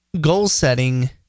goal-setting